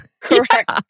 correct